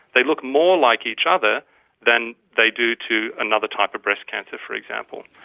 they look more like each other than they do to another type of breast cancer, for example.